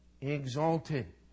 exalted